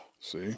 See